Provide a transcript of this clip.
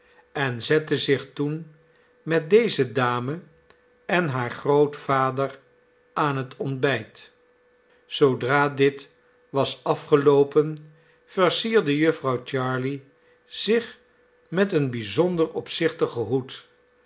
en zette zich toen met deze dame en haar grootvader aan het ontbijt zoodra dit was afgeloopen versierde jufvrouw jarley zich met een bijzonder opzichtigen hoed